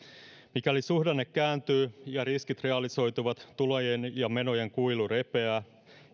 mikäli suhdanne kääntyy ja riskit realisoituvat tulojen ja menojen kuilu repeää